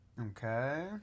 okay